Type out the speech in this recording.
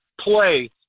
play